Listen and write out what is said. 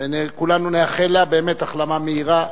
כולנו נאחל לה באמת החלמה מהירה.